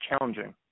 challenging